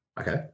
Okay